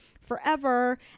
forever